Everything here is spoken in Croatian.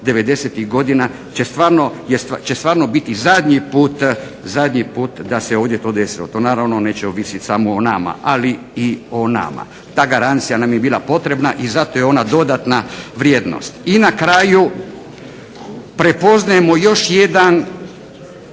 '90-ih godina će stvarno biti zadnji put da se ovdje to desilo. To naravno neće ovisiti samo o nama, ali i o nama. Ta garancija nam je bila potrebna i zato je ona dodatna vrijednost. I na kraju prepoznajemo još jedan,